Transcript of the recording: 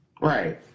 Right